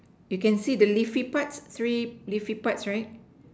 you can see the leafy parts three leafy parts right